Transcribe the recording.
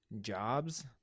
jobs